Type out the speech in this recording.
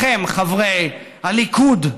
חברי הליכוד,